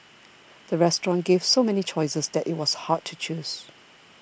the restaurant gave so many choices that it was hard to choose